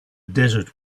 desert